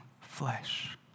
flesh